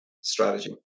strategy